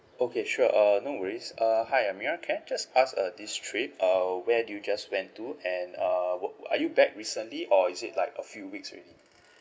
okay sure uh no worries uh hi amirah can I just ask uh this trip uh where did you just went to and uh were oo are you back recently or is it like a few weeks already